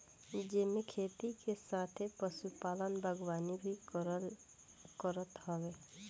जेमे खेती के साथे पशुपालन, बागवानी भी करत हवे